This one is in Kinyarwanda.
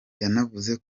yanavuze